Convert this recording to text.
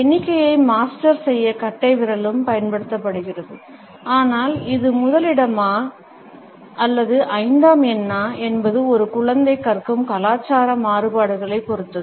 எண்ணிக்கையை மாஸ்டர் செய்ய கட்டைவிரலும் பயன்படுத்தப்படுகிறது ஆனால் இது முதலிடமா அல்லது ஐந்தாம் எண்ணா என்பது ஒரு குழந்தை கற்கும் கலாச்சார மாறுபாடுகளைப் பொறுத்தது